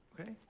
Okay